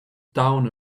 down